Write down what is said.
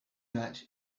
that